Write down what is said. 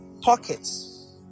pockets